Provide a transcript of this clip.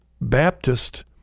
Baptist